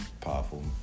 powerful